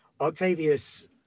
Octavius